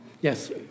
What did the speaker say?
Yes